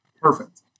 Perfect